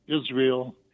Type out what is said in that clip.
israel